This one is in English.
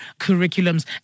curriculums